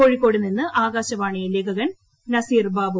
കോഴിക്കോട് നിന്നും ആകാശവാണി ലേഖകൻ നസീർ ബാബു